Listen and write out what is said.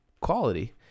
quality